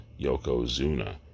Yokozuna